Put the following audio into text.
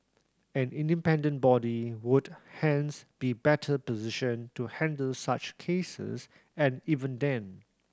an independent body would hence be better positioned to handle such cases and even then